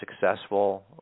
successful